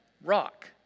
rock